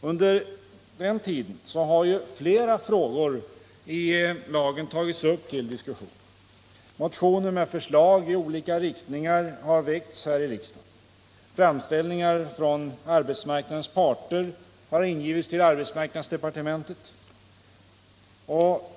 Under den tiden har flera frågor i lagen tagits upp till diskussion. Motioner med förslag i olika riktningar har väckts här i riksdagen och framställningar från arbetsmarknadens parter har ingivits till arbetsmarknadsdepartementet.